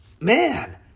man